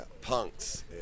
Punks